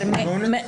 לא, לא, לא.